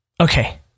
Okay